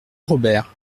robert